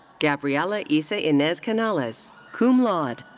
gabriela isla-inez canales, cum laude.